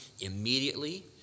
immediately